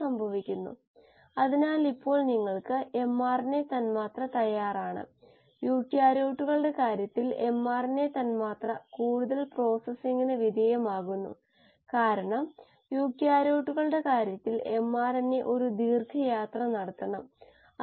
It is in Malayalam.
സാധാരണ ബയോറിയാക്ടർ ഓപ്പറേറ്റിംഗ് മോഡുകളുടെ വിശകലനം നമ്മൾ പരിശോധിച്ചു ബാച്ച് മോഡ് തുടർച്ചയായ മോഡ് ഫെഡ് ബാച്ച് മോഡ്